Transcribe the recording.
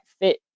fit